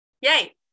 Yay